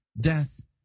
Death